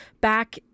Back